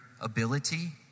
ability